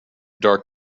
dark